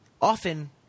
often